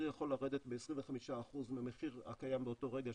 יכול לרדת ב-25% מהמחיר שקיים באותו רגע,